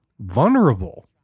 vulnerable